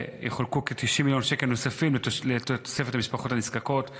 ויחולקו כ-90 מיליון שקל נוספים למשפחות הנזקקות.